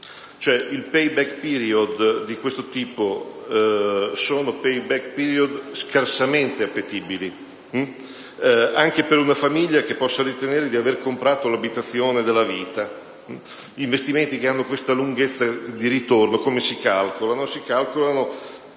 *payback period* di questo tipo sono scarsamente appetibili, anche per una famiglia che possa ritenere di aver comprato l'abitazione della vita. Investimenti che hanno questa lunghezza di ritorno si calcolano pensando